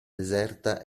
deserta